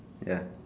ya